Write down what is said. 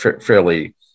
fairly